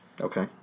Okay